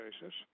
basis